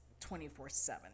24-7